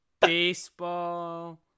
Baseball